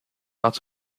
out